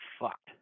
fucked